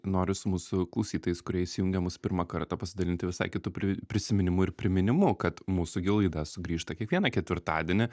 noriu su mūsų klausytojais kurie įsijungė mus pirmą kartą pasidalinti visai kitu pri prisiminimu ir priminimu kad mūsų gi laida sugrįžta kiekvieną ketvirtadienį